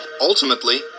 Ultimately